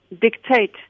dictate